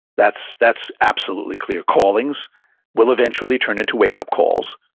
that's that's absolutely clear. callings will eventually turn into wake up calls.